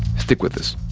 stick with us.